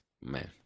man